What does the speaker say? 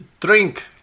drink